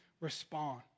respond